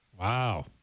Wow